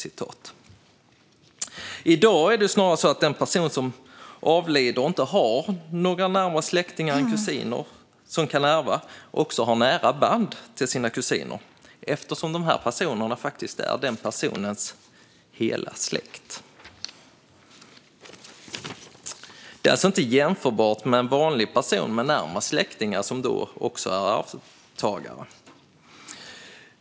I dag är det snarare så att den person som avlider och inte har närmare släktingar än kusiner som kan ärva också har nära band till sina kusiner eftersom de är den personens hela släkt. Det är alltså inte jämförbart med en vanlig person med närmare släktingar som också är arvtagare.